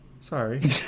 Sorry